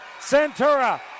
Centura